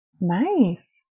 Nice